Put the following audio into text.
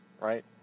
right